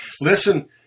Listen